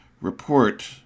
report